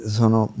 sono